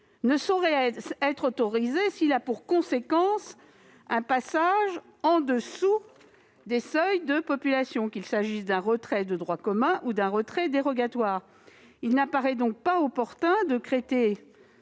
ne saurait être autorisé s'il a pour conséquence un passage en dessous des seuils de population, qu'il s'agisse d'un retrait de droit commun ou d'un retrait dérogatoire. Il n'apparaît donc pas opportun de créer